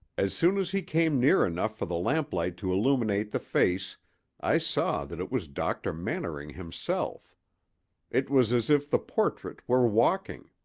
as soon as he came near enough for the lamplight to illuminate the face i saw that it was dr. mannering himself it was as if the portrait were walking!